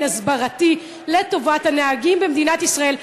הסברתי לטובת הנהגים במדינת ישראל,